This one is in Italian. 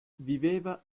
viveva